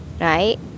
right